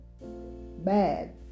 bad